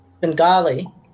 Bengali